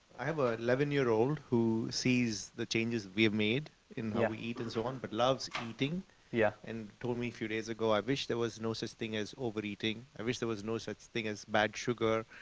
i have an ah eleven year old who sees the changes we have made in how we eat and so on but loves eating yeah and told me a few days ago, i wish there was no such thing as overeating. i wish there was no such thing as bad sugar,